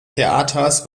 theaters